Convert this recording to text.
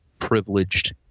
privileged